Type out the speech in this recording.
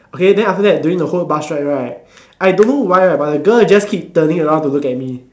okay then after that during the whole bus ride right I don't know why right but the girl just keep turning around to look at me